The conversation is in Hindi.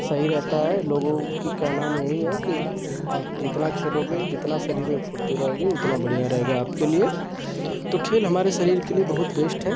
सही रहता है लोगों के कहने में यही है कि आप जितना खेलोगे जितनी शरीर में फ़ुर्ती रहेगी उतना बढ़ियाँ रहेगा आपके लिए तो खेल हमारे शरीर के लिए बहुत बेस्ट है